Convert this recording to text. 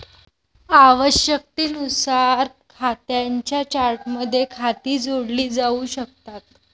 आवश्यकतेनुसार खात्यांच्या चार्टमध्ये खाती जोडली जाऊ शकतात